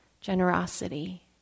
Generosity